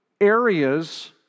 areas